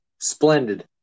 Splendid